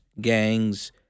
gangs